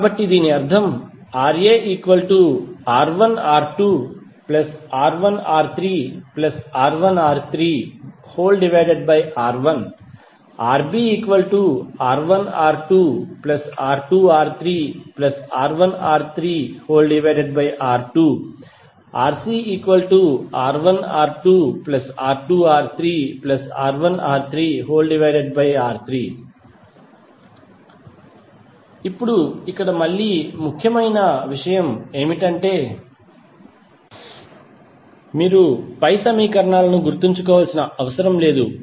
కాబట్టి దీని అర్థం RaR1R2R2R3R1R3R1 RbR1R2R2R3R1R3R2 RcR1R2R2R3R1R3R3 ఇప్పుడు ఇక్కడ మళ్ళీ ముఖ్యమైన విషయం ఏమిటంటే మీరు పై సమీకరణాలను గుర్తుంచుకోవాల్సిన అవసరం లేదు